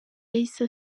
yahise